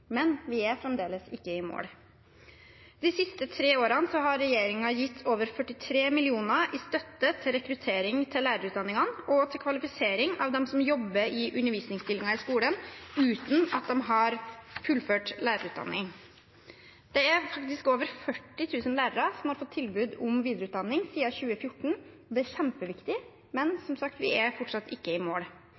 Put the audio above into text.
men vi er fremdeles ikke i mål. De siste tre årene har regjeringen gitt over 43 mill. kr i støtte til rekruttering til lærerutdanningene og til kvalifisering av dem som jobber i undervisningsstillinger i skolen uten å ha fullført lærerutdanning. Det er faktisk over 40 000 lærere som har fått tilbud om videreutdanning siden 2014. Det er kjempeviktig, men som sagt er vi fortsatt ikke i mål.